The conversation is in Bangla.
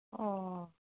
ও